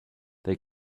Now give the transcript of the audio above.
they